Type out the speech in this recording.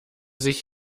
sich